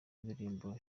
ndirimbo